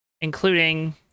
including